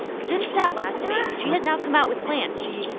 since that last debate, she has now come out with plans. she,